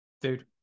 Dude